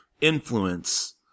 influence